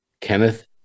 Kenneth